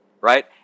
right